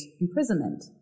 imprisonment